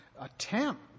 attempt